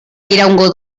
iraungo